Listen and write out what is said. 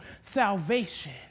salvation